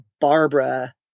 Barbara